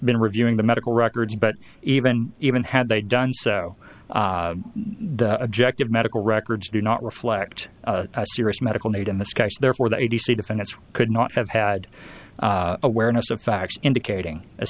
been reviewing the medical records but even even had they done so the objective medical records do not reflect a serious medical need in this case therefore the a d c defendants could not have had awareness of facts indicating a